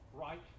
right